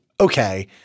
okay